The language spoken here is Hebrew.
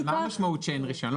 אבל מה המשמעות שאין רישיון?